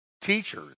teachers